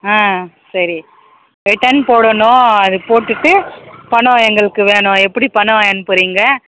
ஆ சரி ரிட்டர்ன் போடணும் அது போட்டுவிட்டு பணம் எங்களுக்கு வேணும் எப்படி பணம் அனுப்புறீங்க